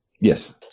Yes